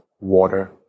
water